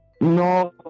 no